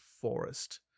forest